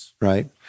Right